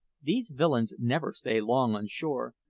these villains never stay long on shore.